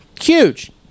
Huge